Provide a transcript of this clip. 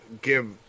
give